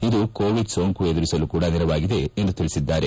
ಇದು ಕೋವಿಡ್ ಸೋಂಕು ಎದುರಿಸಲು ಕೂಡ ನೆರವಾಗಿದೆ ಎಂದು ತಿಳಿಸಿದ್ದಾರೆ